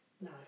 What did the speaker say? No